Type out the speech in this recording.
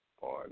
on